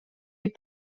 est